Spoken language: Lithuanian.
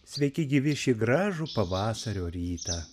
sveiki gyvi šį gražų pavasario rytą